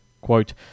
quote